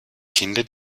kinder